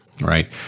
right